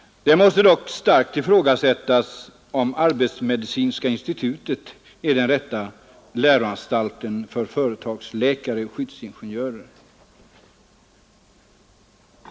Det måste dock starkt ifrågasättas om arbetsmedicinska institutet är den rätta läroanstalten för företagsläkare och skyddsingenjörer.